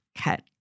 cut